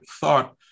thought